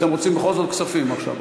אתם רוצים בכל זאת כספים עכשיו.